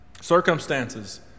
Circumstances